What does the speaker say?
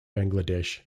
bangladesh